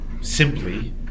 simply